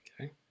okay